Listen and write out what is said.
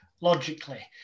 logically